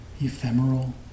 ephemeral